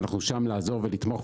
ואנחנו שם כדי לעזור ולתמוך,